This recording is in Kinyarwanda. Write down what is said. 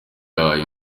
yahawe